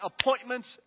appointments